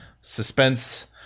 suspense